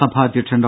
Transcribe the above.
സഭ അധ്യക്ഷൻ ഡോ